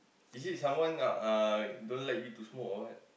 is it someone uh don't like you to smoke or what